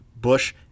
Bush